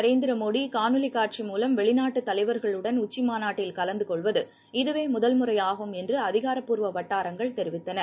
நரேந்திர மோடி காணொளி காட்சி மூலம் வெளிநாட்டுத் தலைவருடன் உச்சி மாநாட்டில் கலந்து கொள்வது இதுவே முதல் முறையாகும் என்று அதிகாரப் பூர்வ வட்டாரங்கள் தெரிவித்தன